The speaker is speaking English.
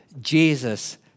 Jesus